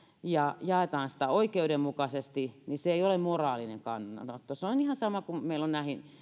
ja jaetaan sitä oikeudenmukaisesti niin se ei ole moraalinen kannanotto se on ihan sama kuin se että meillä on